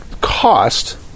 cost